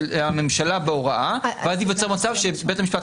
הממשלה בהוראה ואז ייווצר מצב שבית המשפט,